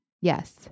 yes